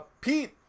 Pete